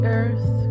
earth